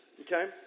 okay